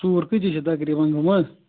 ژوٗر کۭتِس چھِ تقریٖبًا گٔمٕژ